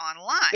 online